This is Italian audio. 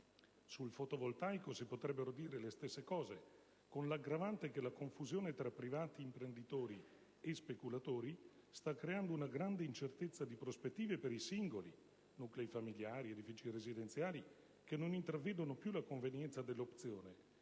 Sul fotovoltaico si potrebbero dire le stesse cose, con l'aggravante che la confusione tra privati imprenditori e speculatori sta creando una grande incertezza di prospettive per i singoli (nuclei familiari, edifici residenziali) che non intravedono più la convenienza della opzione;